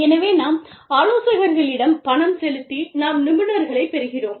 எனவே நாம் ஆலோசகர்களிடம் பணம் செலுத்தி நாம் நிபுணர்களைப் பெறுகிறோம்